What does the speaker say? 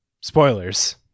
Spoilers